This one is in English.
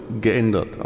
geändert